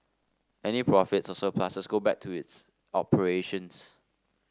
any profits or surpluses go back to its operations